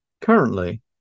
Currently